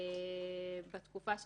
יש